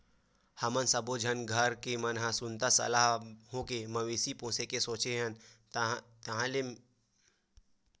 हमन सब्बो झन घर के मन ह सुनता सलाह होके मवेशी पोसे के सोचेन ताहले मोर भाई ह अपन सहर के काम धंधा ल छोड़ छाड़ के आही